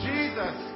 Jesus